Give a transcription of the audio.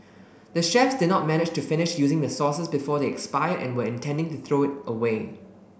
the chefs did not manage to finish using the sauces before they expired and were intending to throw it away